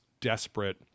desperate